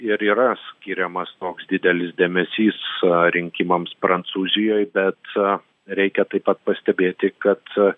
ir yra skiriamas toks didelis dėmesys rinkimams prancūzijoj bet reikia taip pat pastebėti kad